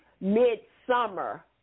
mid-summer